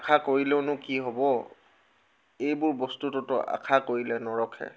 আশা কৰিলেওনো কি হ'ব এইবোৰ বস্তুতোতো আশা কৰিলে নৰখে